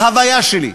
בהוויה שלי,